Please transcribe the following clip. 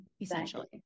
essentially